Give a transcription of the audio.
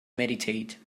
meditate